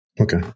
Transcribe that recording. Okay